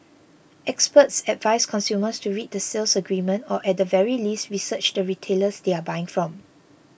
experts advise consumers to read the sales agreement or at the very least research the retailers they are buying from